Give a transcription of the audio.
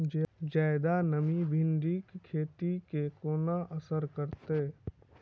जियादा नमी भिंडीक खेती केँ कोना असर करतै?